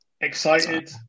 excited